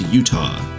Utah